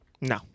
No